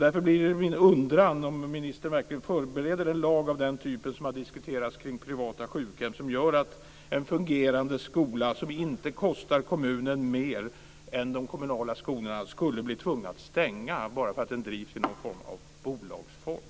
Därför blir min fråga om ministern verkligen förbereder en lag av den typ som har diskuterats för privata sjukhem och som gör att en fungerande skola som inte kostar kommunen mer än de kommunala skolorna skulle bli tvingad till nedläggning bara därför att den drivs i bolagsform.